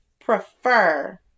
prefer